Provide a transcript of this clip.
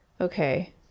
Okay